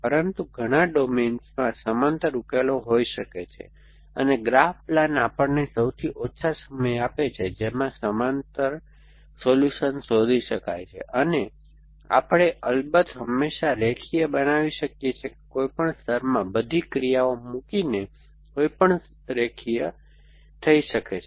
પરંતુ ઘણા ડોમેન્સમાં સમાંતર ઉકેલો હોઈ શકે છે અને ગ્રાફ પ્લાન આપણને સૌથી ઓછો સમય આપે છે જેમાં સમાંતર સોલ્યુશન શોધી શકાય છે અને આપણે અલબત્ત હંમેશા રેખીય બનાવી શકીએ છીએ કે કોઈપણ સ્તરમાં બધી ક્રિયાઓ મૂકીને કોઈપણમાં રેખીય થઈ શકે છે